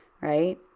right